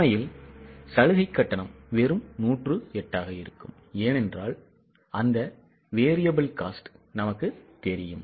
உண்மையில் சலுகைக் கட்டணம் வெறும் 108 ஆக இருக்கும் ஏனென்றால் அந்த variable cost எங்களுக்குத் தெரியும்